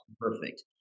perfect